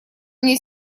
мне